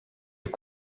est